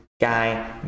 guy